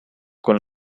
con